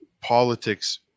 politics